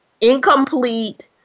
incomplete